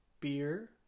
beer